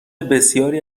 بسیاری